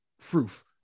proof